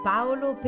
Paolo